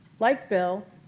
like bill,